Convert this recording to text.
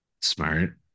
Smart